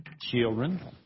Children